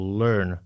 learn